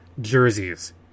jerseys